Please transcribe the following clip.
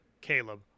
Caleb